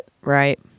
right